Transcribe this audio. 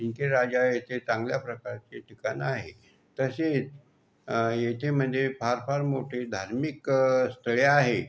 सिंदखेड राजा येथे चांगल्या प्रकारचे ठिकाण आहे तसेच येथे म्हणजे फार फार मोठे धार्मिक स्थळे आहे